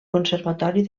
conservatori